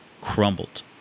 crumbled